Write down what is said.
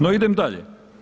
No idem dalje.